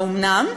האומנם?